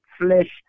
flesh